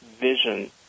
vision